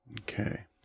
Okay